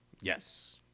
Yes